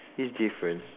it's different